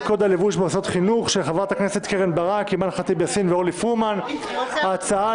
קוד הלבוש במוסדות החינוך" עוד נושא אחד אחרון: בקשה לקביעת